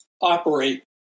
operate